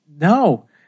no